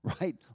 Right